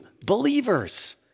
believers